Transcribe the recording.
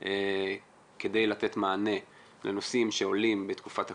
כדי לתת מענה לנושאים שעולים בתקופת הקורונה.